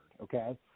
Okay